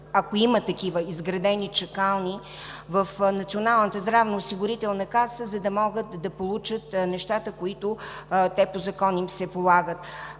ако има такива изградени чакални, в Националната здравноосигурителна каса, за да могат да получат нещата, които по закон им се полагат.